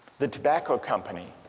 the tobacco company,